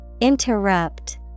Interrupt